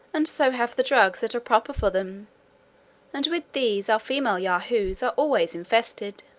and so have the drugs that are proper for them and with these our female yahoos are always infested.